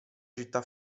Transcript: città